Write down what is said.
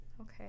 Okay